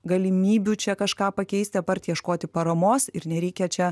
galimybių čia kažką pakeisti apart ieškoti paramos ir nereikia čia